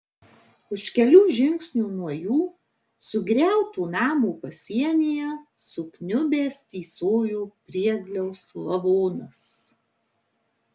už kelių žingsnių nuo jų sugriauto namo pasienyje sukniubęs tysojo priegliaus lavonas